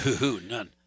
None